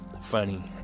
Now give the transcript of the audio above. funny